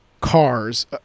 cars